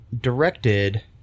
directed